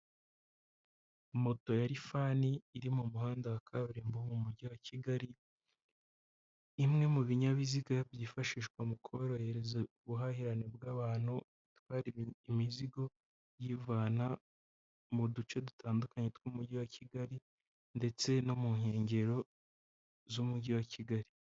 Moto ya rifani iri mu muhanda wa kaburimbo wo mu mujyi wa Kigali, imwe mu binyabiziga byifashishwa mu korohereza ubuhahirane bw'abantu batwara imizigo, iyivana mu duce dutandukanye tw'umujyi wa Kigali ndetse no mu nkengero z'umujyi wa Kigali.